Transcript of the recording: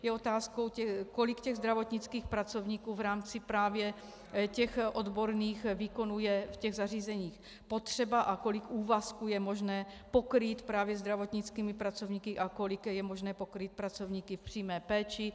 Je otázkou, kolik těch zdravotnických pracovníků v rámci právě odborných výkonů je v těch zařízeních potřeba a kolik úvazků je možné pokrýt právě zdravotnickými pracovníky a kolik je možné pokrýt pracovníky v přímé péči.